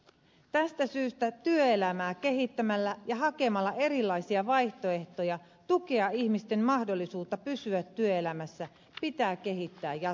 tästä syystä työelämää kehittämällä ja hakemalla erilaisia vaihtoehtoja tukea ihmisten mahdollisuutta pysyä työelämässä pitää joustavuutta kehittää jatkuvasti